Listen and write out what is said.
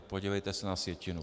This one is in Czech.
Podívejte se na sjetinu.